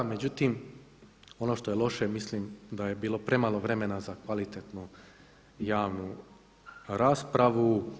Međutim, ono što je loše, mislim da je bilo premalo vremena za kvalitetnu javnu raspravu.